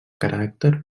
caràcter